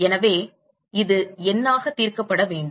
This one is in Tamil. எனவே இது எண்ணாக தீர்க்கப்பட வேண்டும்